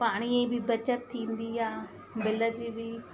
पाणीअ जी बि बचत थींदी आहे बिल जी बि